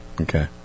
okay